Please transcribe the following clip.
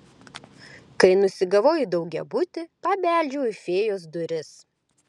kai nusigavau į daugiabutį pabeldžiau į fėjos duris